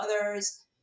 others